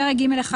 פרק ג'1,